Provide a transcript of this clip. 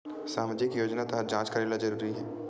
सामजिक योजना तहत जांच करेला जरूरी हे